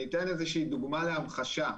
אני אתן דוגמה להמחשה.